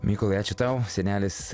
mykolai ačiū tau senelis